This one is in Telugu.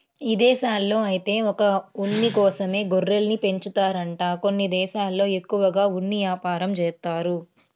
ఇదేశాల్లో ఐతే ఒక్క ఉన్ని కోసమే గొర్రెల్ని పెంచుతారంట కొన్ని దేశాల్లో ఎక్కువగా ఉన్ని యాపారం జేత్తారు